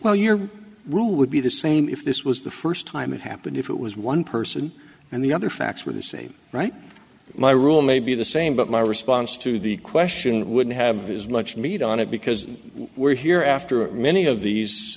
well your rule would be the same if this was the first time it happened if it was one person and the other facts were the same right my rule may be the same but my response to the question wouldn't have as much meat on it because we're here after many of these